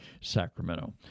Sacramento